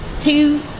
two